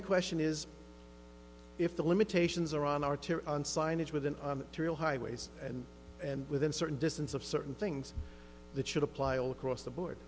the question is if the limitations are on our tear on signage with an aerial highways and and within a certain distance of certain things that should apply all across the board